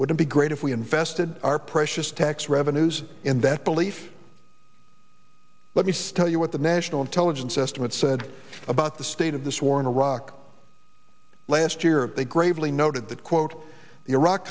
would be great if we invested our precious tax revenues in that belief but you still you what the national intelligence estimate said about the state of this war in iraq last year they gravely noted that quote